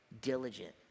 diligent